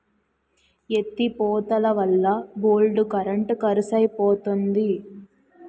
ఎత్తి పోతలవల్ల బోల్డు కరెంట్ కరుసైపోతంది